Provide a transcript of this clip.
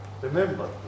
Remember